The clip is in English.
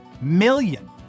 million